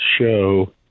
show